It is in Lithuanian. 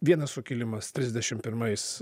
vienas sukilimas trisdešim pirmais